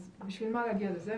אז בשביל מה להגיע לזה?